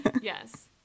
Yes